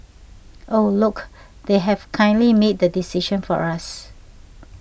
oh look they have kindly made the decision for us